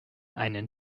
einen